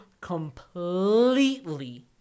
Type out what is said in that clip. completely